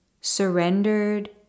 surrendered